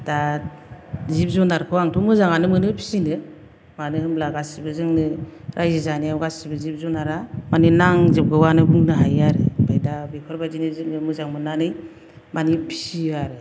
दा जिब जुनारखौ आंथ' मोजाङानो मोनो फिसिनो मानो होनोब्ला गासिबो जोंनो रायजो जानायाव गासिबो गासिबो जिब जुनारा मानि नांजोबगौआनो बुंनो हायो आरो दा बेफोरबायदिनो जोङो मोजां मोननानै मानि फिसियो आरो